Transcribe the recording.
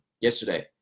yesterday